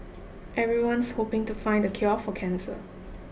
everyone's hoping to find the cure for cancer